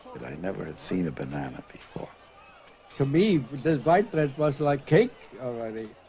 that i never had seen a banana before to me this vibrant was like cake already